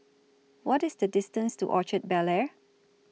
What IS The distance to Orchard Bel Air